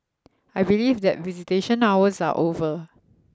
I believe that visitation hours are over